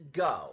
go